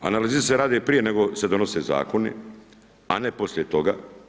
Analize se rade prije nego se donose zakoni, a ne poslije toga.